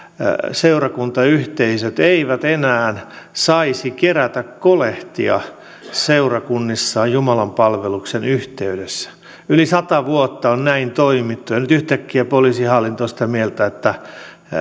seurakuntayhteisöt eivät enää saisi kerätä kolehtia seurakunnissaan jumalanpalveluksen yhteydessä yli sata vuotta on näin toimittu ja nyt yhtäkkiä poliisihallinto on sitä mieltä että